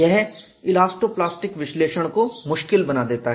यह elastoplastic विश्लेषण को मुश्किल बना देता है